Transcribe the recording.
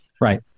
Right